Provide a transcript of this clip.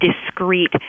discrete